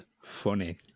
funny